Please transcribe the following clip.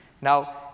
Now